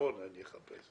פתרון אני אחפש?